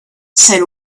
said